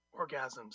orgasms